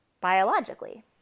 biologically